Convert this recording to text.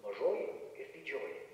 mažoji ir didžioji